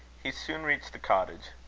he soon reached the cottage.